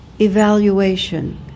evaluation